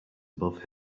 above